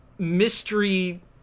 Mystery